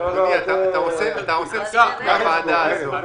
עושה צחוק מהוועדה הזאת,